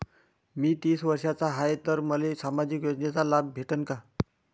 मी तीस वर्षाचा हाय तर मले सामाजिक योजनेचा लाभ भेटन का?